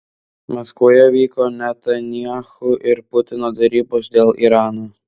maskvoje vyko netanyahu ir putino derybos dėl irano